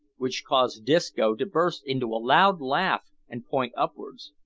which caused disco to burst into a loud laugh and point upwards.